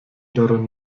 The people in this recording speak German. daran